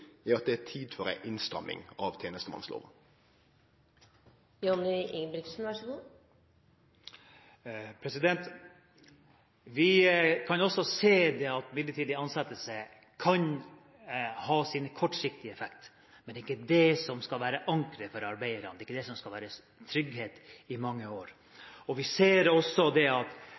at det er tid for ei innstramming av tenestemannslova. Vi kan også se at midlertidige ansettelser kan ha en kortsiktig effekt, men det er ikke det som skal være ankeret for arbeiderne, og det er ikke det som skal gi trygghet i mange år. Vi ser også at det